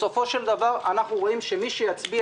בסופו שלך דבר אנחנו רואים שמי שיצביע